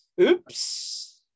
Oops